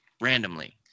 randomly